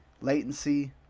latency